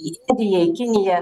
į švediją į kiniją